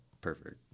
perfect